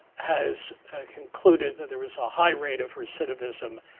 has concluded that there was a high rate of recidivism